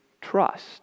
trust